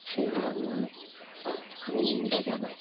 সেগুলো আমরা আমি নিন্দা জানাই